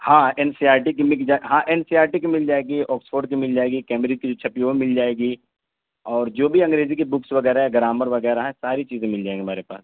ہاں N C R T کی ہاں این سی آر ٹی کی مل جائے گی آکسفورڈ کی مل جائے گی کیمبرج کی جو چھپی ہے وہ مل جائے گی اور جو بھی انگریزی کی بکس وغیرہ ہے گرامر وغیرہ ہیں ساری چیزیں مل جائیں گی ہمارے پاس